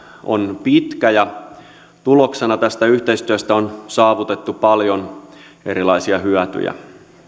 on pitkä ja tuloksena tästä yhteistyöstä on saavutettu paljon erilaisia hyötyjä